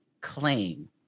claim